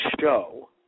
show